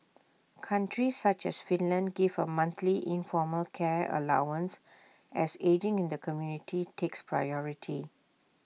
countries such as Finland give A monthly informal care allowance as ageing in the community takes priority